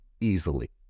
easily